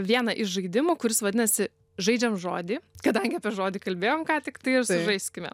vieną iš žaidimų kuris vadinasi žaidžiam žodį kadangi apie žodį kalbėjom ką tiktai ir sužaiskime